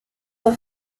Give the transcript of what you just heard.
have